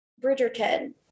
bridgerton